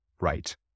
right